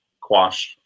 quash